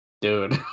Dude